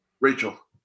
Rachel